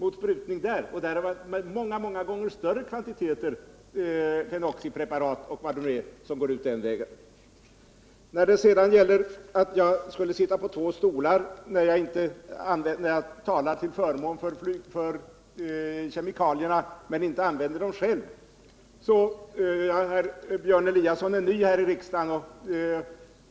Det är många gånger större kvantiteter fenoxipreparat som sprids den vägen. Björn Eliasson menade att jag skulle sitta på två stolar när jag talar till förmån för kemikalierna men inte använder dem själv. Björn Eliasson är ny här i riksdagen.